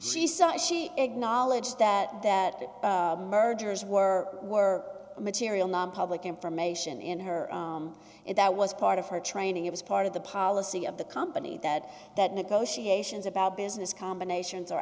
said she acknowledged that that mergers were were material nonpublic information in her it that was part of her training it was part of the policy of the company that that negotiations about business combinations are